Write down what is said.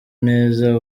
neza